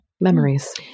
Memories